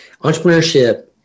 entrepreneurship